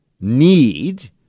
need